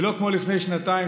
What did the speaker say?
ולא כמו לפני שנתיים,